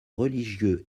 religieux